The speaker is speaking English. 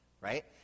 right